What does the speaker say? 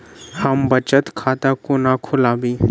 हम बचत खाता कोना खोलाबी?